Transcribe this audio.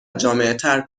جامعتر